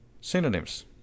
Synonyms